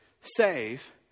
save